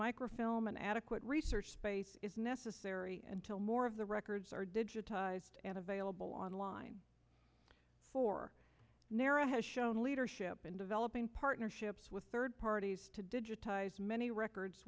microfilm an adequate research space is necessary and kill more of the records are digitized and available online for naira has shown leadership in developing partnerships with third parties to digitize many records